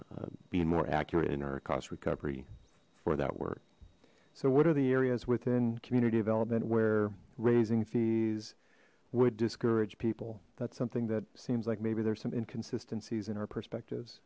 in be more accurate in our cost recovery for that work so what are the areas within community development we're raising fees would discourage people that's something that seems like maybe there's some inconsistencies in our perspective